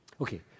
okay